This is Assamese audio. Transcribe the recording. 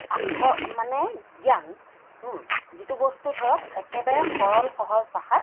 আখৰ মানে জ্ঞান যিটো বস্তু ধৰক একেবাৰে সৰল সহজ ভাষাত